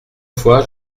fois